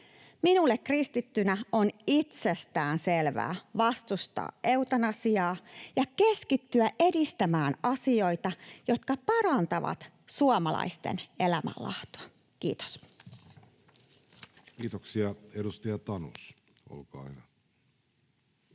Minulle kristittynä on itsestään selvää vastustaa eutanasiaa ja keskittyä edistämään asioita, jotka parantavat suomalaisten elämänlaatua. — Kiitos. [Speech 164] Speaker: